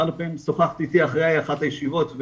שוחחת איתי אחרי אחת הישיבות,